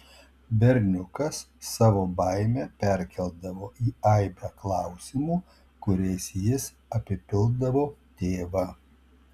berniukas savo baimę perkeldavo į aibę klausimų kuriais jis apipildavo tėvą